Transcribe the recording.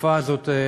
התופעה הזאת,